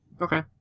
Okay